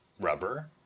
rubber